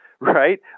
Right